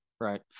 Right